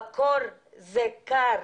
בקור זה קר,